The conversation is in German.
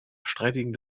streitigen